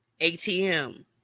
ATM